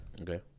okay